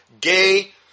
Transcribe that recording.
gay